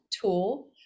tool